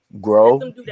Grow